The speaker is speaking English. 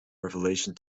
revelation